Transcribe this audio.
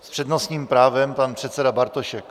S přednostním právem pan předseda Bartošek.